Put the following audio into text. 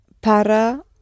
para